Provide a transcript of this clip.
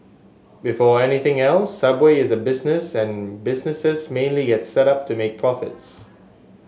before anything else subway is a business and businesses mainly get set up to make profits